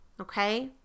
okay